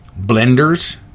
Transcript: blenders